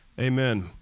amen